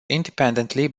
independently